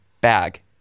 Bag